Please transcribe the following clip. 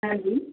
ਹਾਂਜੀ